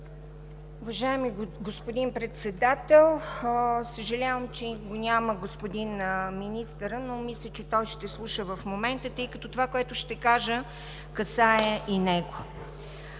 Уважаеми господин Председател! Съжалявам, че го няма господин министъра, но мисля, че той слуша в момента, тъй като това, което ще кажа, касае и него.